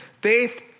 Faith